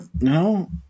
No